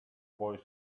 boy